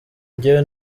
njyewe